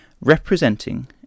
representing